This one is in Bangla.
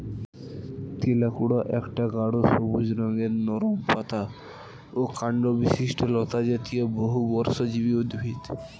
তেলাকুচা একটা গাঢ় সবুজ রঙের নরম পাতা ও কাণ্ডবিশিষ্ট লতাজাতীয় বহুবর্ষজীবী উদ্ভিদ